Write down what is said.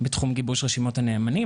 בתחום גיבוש רשימות הנאמנים.